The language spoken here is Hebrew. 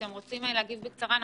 בבקשה.